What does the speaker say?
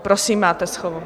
Prosím máte slovo.